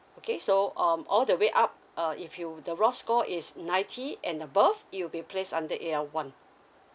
okay so um all the way up uh if you the role score is ninety and above it will be placed under A_L one